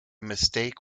mistake